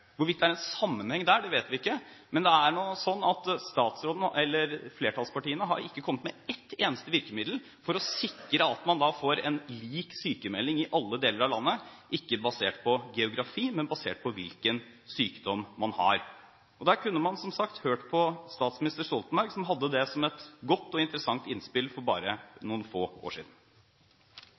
Hvorvidt det er en sammenheng der, vet vi ikke, men det er nå sånn at flertallspartiene ikke har kommet med et eneste virkemiddel for å sikre at man får en lik sykmeldingspraksis i alle deler av landet, ikke basert på geografi, men basert på hvilken sykdom man har. Da kunne man, som sagt, hørt på statsminister Stoltenberg som hadde det som et godt og interessant innspill for bare noen få år siden.